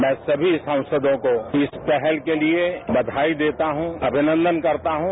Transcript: मैं सभी सांसदों को इस पहल के लिए बधाई देता हूं अमिनंदन करता हूं